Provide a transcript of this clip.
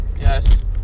Yes